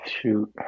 Shoot